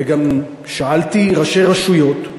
וגם שאלתי ראשי רשויות,